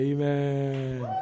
Amen